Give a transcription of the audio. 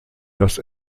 das